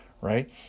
right